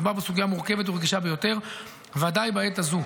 מדובר בסוגיה מורכבת ורגישה ביותר, ודאי בעת הזו.